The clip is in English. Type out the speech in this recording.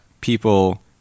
people